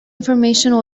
information